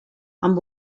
amb